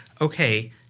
okay